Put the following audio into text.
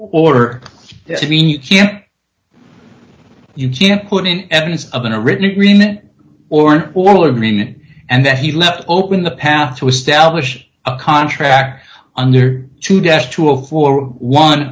order to mean you can't you can't put in evidence of in a written agreement or all are mean and then he left open the path to establish a contract under two desk to a floor one